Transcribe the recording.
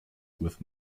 with